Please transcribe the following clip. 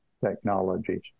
technologies